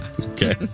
Okay